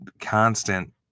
constant